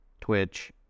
Twitch